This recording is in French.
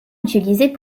utilisés